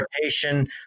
rotation